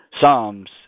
Psalms